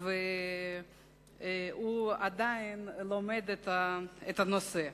העניין ועדיין לומד את הנושא.